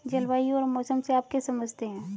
जलवायु और मौसम से आप क्या समझते हैं?